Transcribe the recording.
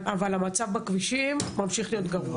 והמצב בכבישים ממשיך להיות גרוע.